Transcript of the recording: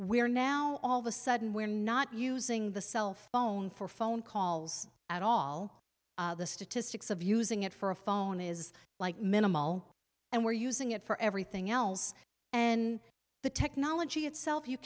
we're now all of a sudden we're not using the cell phone for phone calls at all the statistics of using it for a phone is like minimal and we're using it for everything else and the technology itself you